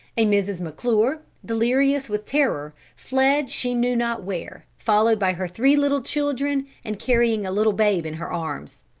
a mrs. mcclure, delirious with terror, fled she knew not where, followed by her three little children and carrying a little babe in her arms.